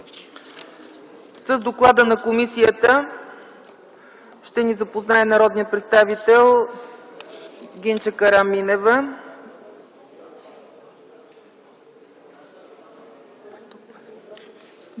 С доклада на комисията ще ни запознае народният представител Гинче Караминова.